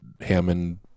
Hammond